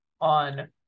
on